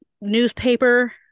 newspaper